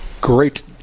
Great